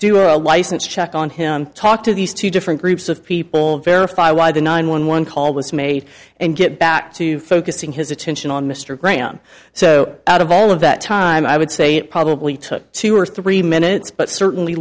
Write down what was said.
do a license check on him talk to these two different groups of people verify why the nine one one call was made and get back to focusing his attention on mr graham so out of all of that time i would say it probably took two or three minutes but certainly